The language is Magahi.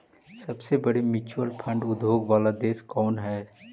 सबसे बड़े म्यूचुअल फंड उद्योग वाला देश कौन हई